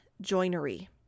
joinery